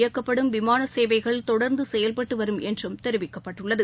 இயக்கப்படும் விமான சேவைகள் தொடர்ந்து செயல்பட்டு வரும் என்றும் தெரிவிக்கப்பட்டுள்ளது